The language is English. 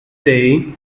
day